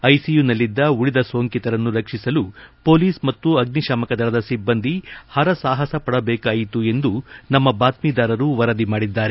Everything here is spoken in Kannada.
ಐಸಿಯುನಲ್ಲಿದ್ದ ಉಳಿದ ಸೋಂಕಿತರನ್ನು ರಕ್ಷಿಸಲು ಹೊಲೀಸ್ ಮತ್ತು ಅಗ್ನಿತಾಮಕ ದಳದ ಸಿಬ್ಲಂದಿ ಹರಸಾಹಸ ಪಡದೇಕಾಯಿತು ಎಂದು ನಮ್ನ ಬಾತ್ಸೀದಾರರು ವರದಿ ಮಾಡಿದ್ದಾರೆ